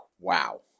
Wow